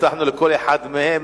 הבטחנו לכל אחד מהם,